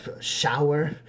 shower